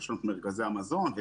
מרכזי המזון,